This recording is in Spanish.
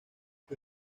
fue